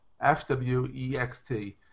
F-W-E-X-T